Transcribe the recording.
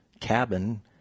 cabin